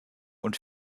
und